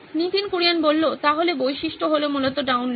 নীতিন কুরিয়ান তাহলে বৈশিষ্ট্য হলো মূলত ডাউনলোড